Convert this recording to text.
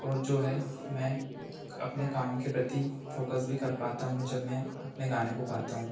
और जो है मैं अपने काम के प्रति फ़ोकस भी कर पाता हूँ जब मैं अपने गाने को गाता हूँ